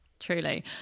Truly